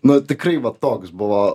na tikrai vat toks buvo